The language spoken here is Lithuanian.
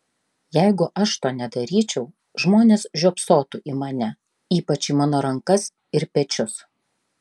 jeigu aš to nedaryčiau žmonės žiopsotų į mane ypač į mano rankas ir pečius